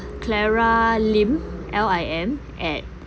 clara lim L I M at